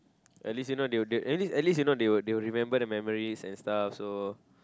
at least you know they will they at least at least you know they will they will remember the memories and stuff so